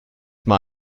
mal